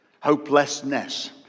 hopelessness